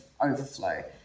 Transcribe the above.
overflow